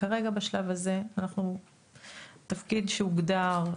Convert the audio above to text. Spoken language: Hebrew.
כרגע בשלב הזה אנחנו בתפקיד שהוגדר,